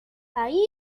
ahí